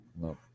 no